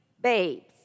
Babes